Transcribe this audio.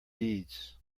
deeds